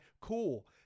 cool